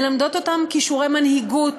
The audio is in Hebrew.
מלמדות אותם כישורי מנהיגות,